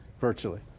virtually